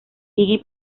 iggy